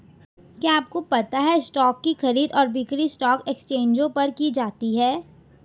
क्या आपको पता है स्टॉक की खरीद और बिक्री स्टॉक एक्सचेंजों पर की जाती है?